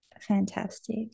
fantastic